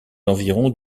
environs